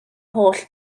holl